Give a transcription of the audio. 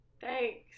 Thanks